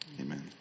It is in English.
Amen